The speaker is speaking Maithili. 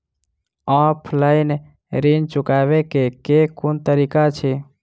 ऑफलाइन ऋण चुकाबै केँ केँ कुन तरीका अछि?